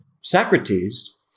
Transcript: Socrates